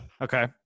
Okay